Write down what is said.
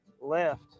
left